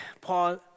Paul